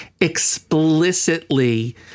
Explicitly